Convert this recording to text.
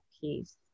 piece